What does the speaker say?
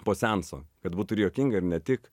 po seanso kad būtų juokinga ir ne tik